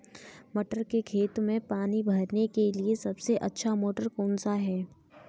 मटर के खेत में पानी भरने के लिए सबसे अच्छा मोटर कौन सा है?